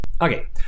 Okay